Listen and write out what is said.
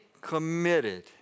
committed